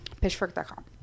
pitchfork.com